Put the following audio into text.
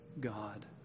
God